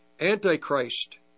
Antichrist